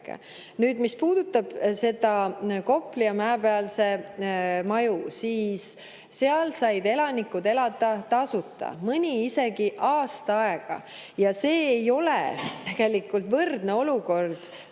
mis puudutab neid Kopli ja Mäepealse maju, siis seal said elanikud elada tasuta, mõni isegi aasta aega. Ja see ei ole tegelikult